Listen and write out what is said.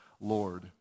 Lord